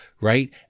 right